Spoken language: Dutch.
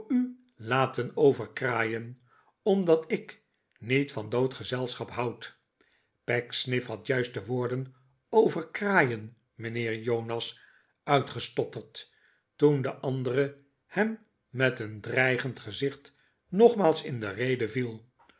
laten overkraaien omdat ik niet van ddod gezelschap houd pecksniff had juist de woorden overkraaien mijnheer jonas uitgestotterd toen de andere hem met een dreigend gezicht nogmaals in de rede viel